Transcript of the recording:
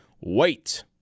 wait